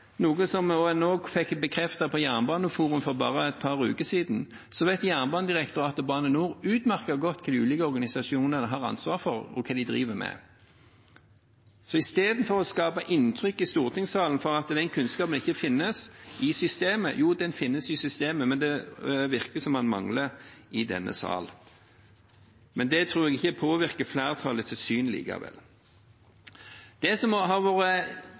noe som en også fikk bekreftet på konferansen Jernbaneforum for bare et par uker siden – vet Jernbanedirektoratet og Bane NOR utmerket godt hva de ulike organisasjonene har ansvaret for, og hva de driver med. En skaper et inntrykk av, i stortingssalen, at den kunnskapen ikke finnes i systemet. Jo, den finnes i systemet, men det virker som om den mangler i denne salen. Men det tror jeg likevel ikke påvirker flertallets syn. Det som har vært